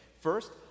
First